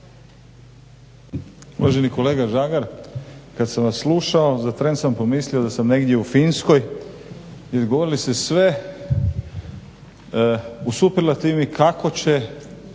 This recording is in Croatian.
Uvaženi kolega Žagar kada sam vas slušao za tren sam pomislio da sam negdje u Finskoj. Izgovorili ste sve u superlativi kako će